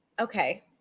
Okay